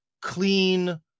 clean